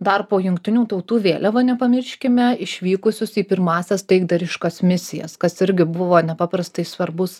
dar po jungtinių tautų vėliava nepamirškime išvykusius į pirmąsias taikdariškas misijas kas irgi buvo nepaprastai svarbus